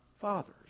fathers